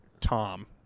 Tom